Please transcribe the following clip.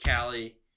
Callie